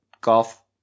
golf